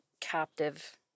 captive